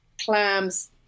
Clams